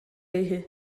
үһү